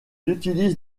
utilise